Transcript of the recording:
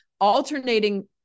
Alternating